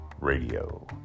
Radio